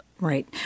Right